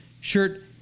shirt